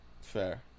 Fair